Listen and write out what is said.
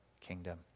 kingdom